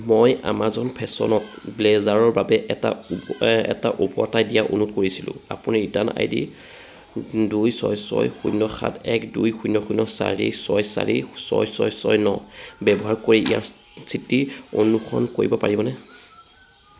মই আমাজন ফেশ্বনত ব্লেজাৰৰ বাবে এটা এটা উভতাই দিয়াৰ অনুৰোধ কৰিছিলোঁ আপুনি ৰিটাৰ্ণ আইডি দুই ছয় ছয় শূন্য সাত এক দুই শূন্য শূন্য চাৰি ছয় চাৰি ছয় ছয় ছয় ন ব্যৱহাৰ কৰি ইয়াৰ স্থিতি অনুসৰণ কৰিব পাৰিবনে